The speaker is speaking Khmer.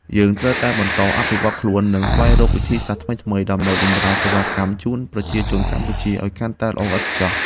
យើងត្រូវតែបន្តអភិវឌ្ឍខ្លួន និងស្វែងរកវិធីសាស្ត្រថ្មីៗដើម្បីបម្រើសេវាកម្មជូនប្រជាជនកម្ពុជាឱ្យកាន់តែល្អឥតខ្ចោះ។